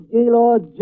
Gaylord